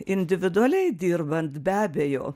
individualiai dirbant be abejo